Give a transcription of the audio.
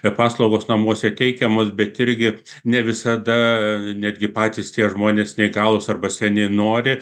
ir paslaugos namuose teikiamos bet irgi ne visada netgi patys tie žmonės neįgalūs arba seni nori